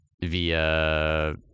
Via